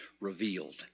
Revealed